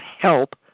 help